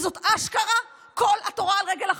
זאת אשכרה כל התורה על רגל אחת.